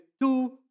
two